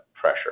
pressure